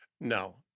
no